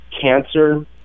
cancer